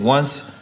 Once-